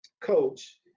coach